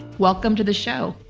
welcome to the show.